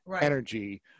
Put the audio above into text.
energy